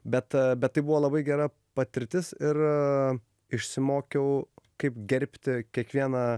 bet bet tai buvo labai gera patirtis ir išsimokiau kaip gerbti kiekvieną